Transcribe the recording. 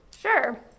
Sure